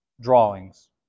drawings